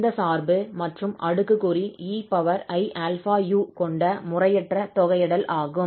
இந்த சார்பு மற்றும் அடுக்குக்குறி 𝑒𝑖𝛼𝑢 கொண்ட முறையற்ற தொகையிடல் ஆகும்